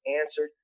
answered